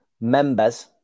Members